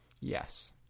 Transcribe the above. Yes